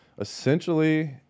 essentially